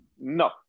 No